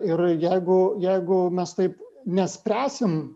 ir jeigu jeigu mes taip nespręsim